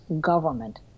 government